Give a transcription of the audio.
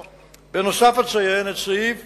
בנוסף, אציין את סעיף